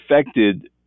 affected